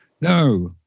no